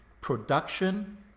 production